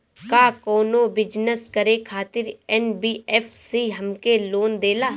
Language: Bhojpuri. का कौनो बिजनस करे खातिर एन.बी.एफ.सी हमके लोन देला?